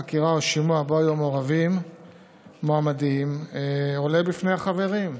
חקירה או שימוע שבו היו מעורבים מועמדים עולה בפני החברים.